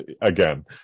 again